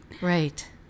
Right